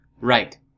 Right